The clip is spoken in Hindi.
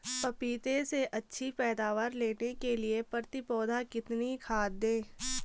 पपीते से अच्छी पैदावार लेने के लिए प्रति पौधा कितनी खाद दें?